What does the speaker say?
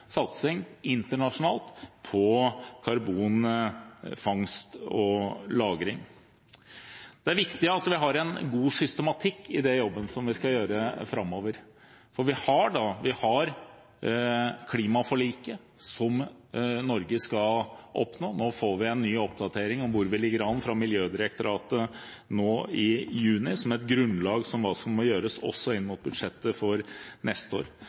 satsing internasjonalt på karbonfangst og -lagring. Det er viktig at vi har en god systematikk i den jobben som vi skal gjøre framover. Vi har klimaforliket, som Norge skal oppnå. Nå får vi en ny oppdatering av hvordan vi ligger an, fra Miljødirektoratet i juni, som et grunnlag for hva som må gjøres også inn mot budsjettet for neste år.